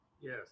Yes